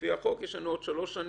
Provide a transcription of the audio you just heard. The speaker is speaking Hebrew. לפי החוק יש לנו עוד שלוש שנים,